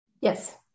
yes